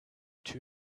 two